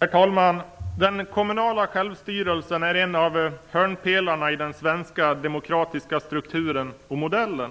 Herr talman! Den kommunala självstyrelsen är en av hörnpelarna i den svenska demokratiska strukturen och modellen.